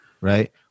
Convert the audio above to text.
Right